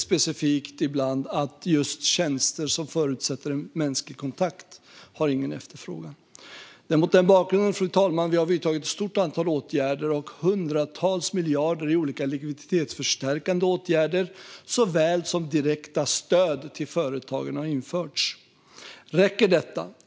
Specifikt är det just tjänster som förutsätter en mänsklig kontakt som det inte är någon efterfrågan på. Det är mot den bakgrunden, fru talman, som vi har vidtagit ett stort antal åtgärder. Hundratals miljarder i olika likviditetsförstärkande åtgärder såväl som direkta stöd till företagen har förts till. Räcker detta?